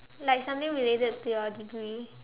like something related to your degree